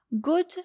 good